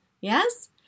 Yes